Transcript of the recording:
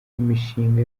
imishinga